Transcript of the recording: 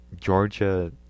Georgia